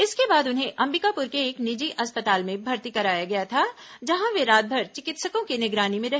इसके बाद उन्हें अंबिकापुर के एक निजी अस्पताल में भर्ती कराया गया था जहां वे रातभर चिकित्सकों की निगरानी में रहे